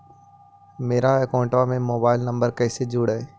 मेरा अकाउंटस में mobile number कैसे जुड़उ?